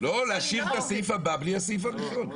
לא, להשאיר את הסעיף הבא בלי הסעיף הראשון.